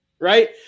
right